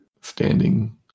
standing